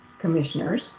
Commissioners